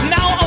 Now